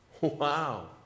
Wow